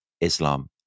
Islam